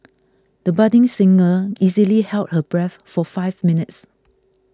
the budding singer easily held her breath for five minutes